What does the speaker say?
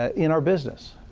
in our business,